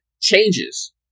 changes